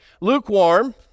lukewarm